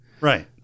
right